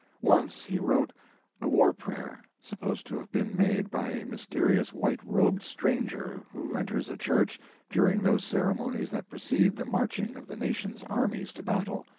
once he wrote a war prayer, supposed to have been made by a mysterious, white-robed stranger who enters a church during those ceremonies that precede the marching of the nation's armies to battle.